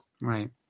Right